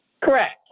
Correct